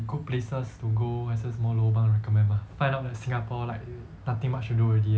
good places to go 还是什么 lobang to recommend mah find out that singapore like nothing much to do already eh